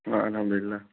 الاں الحمد اللہ